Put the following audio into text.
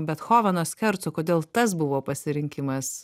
bethoveno skerco kodėl tas buvo pasirinkimas